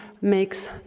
makes